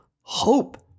hope